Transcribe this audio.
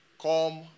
Come